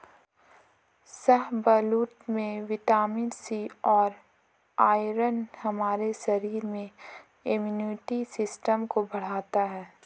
शाहबलूत में vitamin C और आयरन हमारे शरीर में इम्युनिटी सिस्टम को बढ़ता है